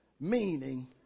meaning